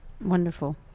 wonderful